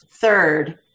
third